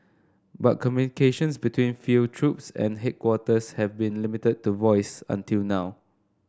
but communications between field troops and headquarters have been limited to voice until now